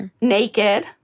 naked